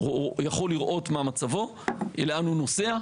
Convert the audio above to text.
הוא יכול לראות מה מצבו, לאן הוא נוסע.